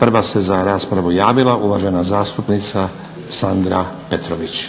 Prva se za raspravu javila uvažena zastupnica Sandra Petrović.